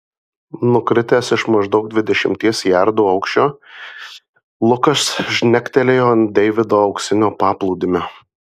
nukritęs iš maždaug dvidešimties jardų aukščio lukas žnektelėjo ant deivido auksinio paplūdimio